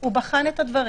הוא בחן את הדברים,